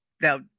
now